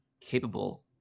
capable